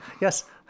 Yes